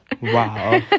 Wow